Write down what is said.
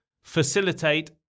facilitate